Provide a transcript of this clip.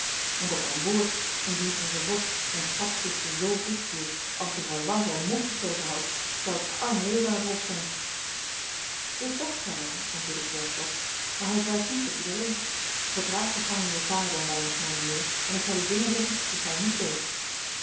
want op mijn woord indien onze vorst zijn schatkisten zo dicht hield als de valois zijn mond gesloten houdt zou het arm leven aan het hof zijn dit zegt gij wel antwoordde pierre flotte maar hij zwijgt niet met iedereen vertraagt de gang uwer paarden een weinig mijne heren en ik zal u dingen zeggen die gij niet weet